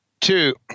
two